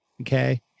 Okay